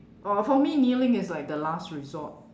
oh for me kneeling is like the last resort